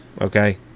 Okay